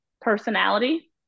personality